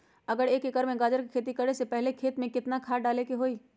अगर एक एकर में गाजर के खेती करे से पहले खेत में केतना खाद्य डाले के होई?